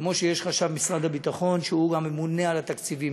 כמו שיש חשב משרד הביטחון שהוא גם ממונה על התקציבים,